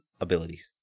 abilities